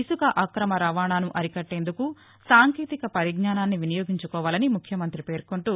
ఇసుక అక్రమ రావాణాను అరికట్టేందుకు సాంకేతిక పరిజ్ఞానాన్ని వినియోగించుకోవాలని ముఖ్యమంత్రి పేర్కొంటూ